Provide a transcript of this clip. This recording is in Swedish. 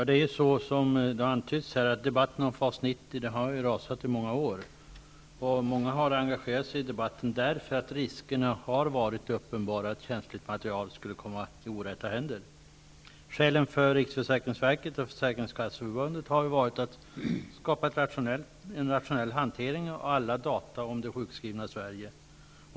Herr talman! Som det har antytts här har debatten om FAS 90 rasat i många år. Många har engagerat sig i debatten därför att riskerna har varit uppenbara för att känsligt material skulle komma i orätta händer. Försäkringskasseförbundet har varit att skapa en rationell hantering av alla data om det sjukskrivna Sverige.